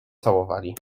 całowali